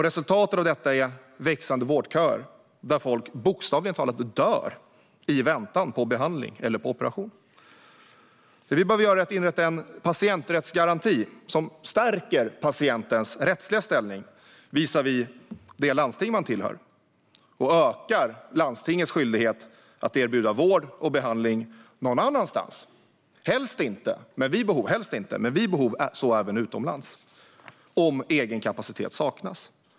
Resultatet av detta är växande vårdköer, där folk bokstavligt talat dör i väntan på behandling eller operation. Vi behöver inrätta en patienträttsgaranti som stärker patientens rättsliga ställning visavi det landsting man tillhör och ökar landstingets skyldighet att erbjuda vård och behandling någon annanstans - helst inte men vid behov även utomlands - om egen kapacitet saknas.